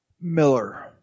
Miller